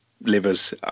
Livers